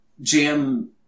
jam